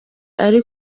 ari